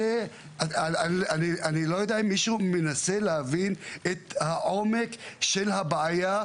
אני לא יודע אם מישהו מנסה להבין את העומק של הבעיה,